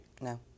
No